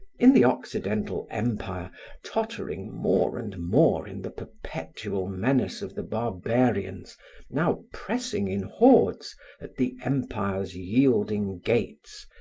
in the occidental empire tottering more and more in the perpetual menace of the barbarians now pressing in hordes at the empire's yielding gates,